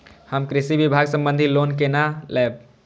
हम कृषि विभाग संबंधी लोन केना लैब?